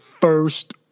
first